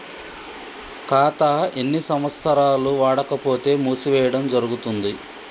ఖాతా ఎన్ని సంవత్సరాలు వాడకపోతే మూసివేయడం జరుగుతుంది?